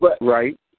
Right